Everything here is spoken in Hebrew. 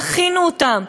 יכינו אותם.